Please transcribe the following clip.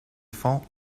fonds